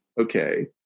okay